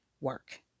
work